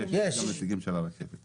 יש פה גם נציגים של הרכבת.